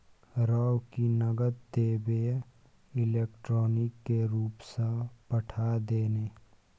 रौ की नगद देबेय इलेक्ट्रॉनिके रूपसँ पठा दे ने